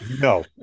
No